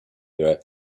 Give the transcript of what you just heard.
era